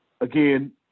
Again